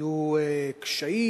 היו קשיים,